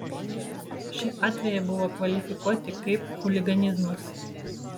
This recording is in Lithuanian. šie atvejai buvo kvalifikuoti kaip chuliganizmas